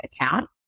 account